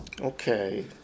Okay